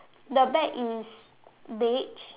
the bag is beige